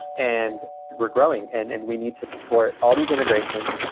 and we're growing, and and we need to support all these integrations.